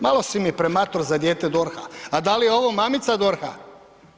Malo si mi premator za dijete DORH-a, a da li je ovo mamica DORH-a?